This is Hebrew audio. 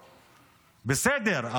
בסדר,